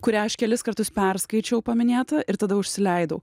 kurią aš kelis kartus perskaičiau paminėta ir tada užsileidau